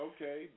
Okay